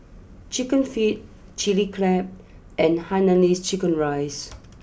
Chicken Feet Chili Crab and Hainanese Chicken Rice